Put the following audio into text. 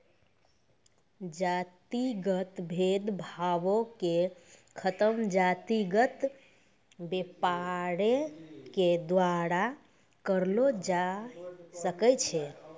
जातिगत भेद भावो के खतम जातिगत व्यापारे के द्वारा करलो जाय सकै छै